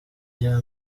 bya